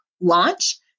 launch